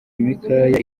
imikaya